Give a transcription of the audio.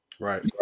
Right